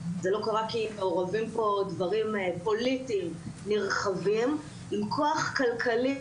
זה לא קרה כי מעורבים פה דברים פוליטיים נרחבים עם כוח כלכלי